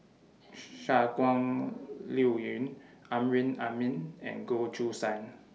Shangguan Liuyun Amrin Amin and Goh Choo San